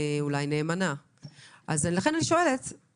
יש בדיקה מקדימה טרם קבלת ההיתר.